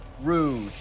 Rude